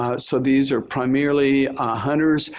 ah so these are primarily hunters,